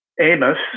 Amos